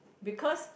because